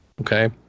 Okay